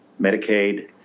Medicaid